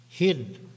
hid